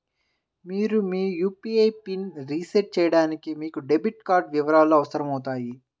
మీరు మీ యూ.పీ.ఐ పిన్ని రీసెట్ చేయడానికి మీకు డెబిట్ కార్డ్ వివరాలు అవసరమవుతాయి